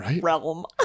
realm